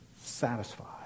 satisfied